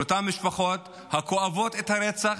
של אותן משפחות הכואבות את הרצח,